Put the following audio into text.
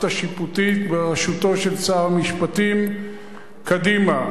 השיפוטית בראשותו של שר המשפטים קדימה.